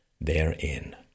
therein